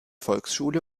volksschule